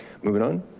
moving on.